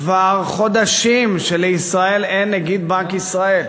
כבר חודשים שלישראל אין נגיד בנק ישראל,